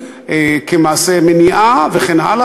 כמעשה מניעה וכן הלאה,